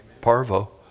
parvo